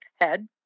head